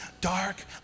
dark